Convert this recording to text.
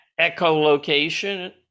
echolocation